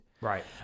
Right